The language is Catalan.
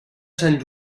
sant